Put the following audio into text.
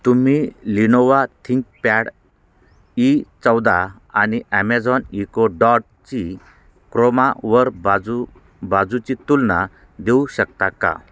तुम्ही Lenovo ThinkPad E चौदा आणि ॲमेझॉन इको डॉटची क्रोमावर बाजू बाजूची तुलना देऊ शकता का